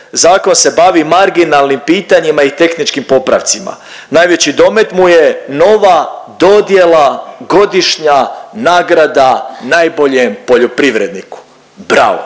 zakon se bavi marginalnim pitanjima i tehničkim popravcima. Najveći domet mu je nova dodjela godišnja nagrada najboljem poljoprivredniku. Bravo!